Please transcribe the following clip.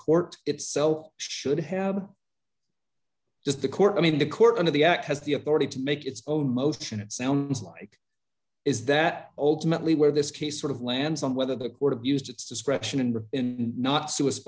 court itself should have just the court i mean the court under the act has the authority to make its own most and it sounds like is that ultimately where this case sort of lands on whether the court abused its discretion and not su